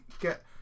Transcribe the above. get